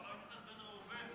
חבר הכנסת בן ראובן,